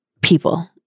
people